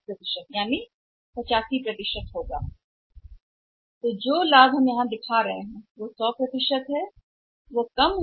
इसलिए जो लाभ हम यहां 100 के रूप में दिखा रहे हैं वह घटकर 85 हो जाएगा